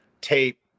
Tape